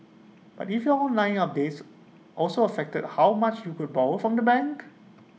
but if your online updates also affected how much you could borrow from the bank